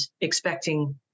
expecting